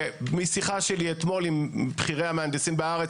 משיחה שלי אתמול עם בכירי המהנדסים בארץ,